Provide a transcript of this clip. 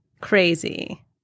crazy